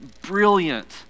brilliant